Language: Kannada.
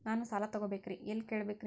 ನಾನು ಸಾಲ ತೊಗೋಬೇಕ್ರಿ ಎಲ್ಲ ಕೇಳಬೇಕ್ರಿ?